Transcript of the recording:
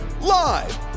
Live